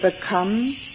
Become